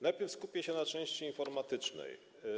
Najpierw skupię się na części informatycznej.